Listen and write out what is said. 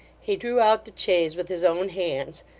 he drew out the chaise with his own hands,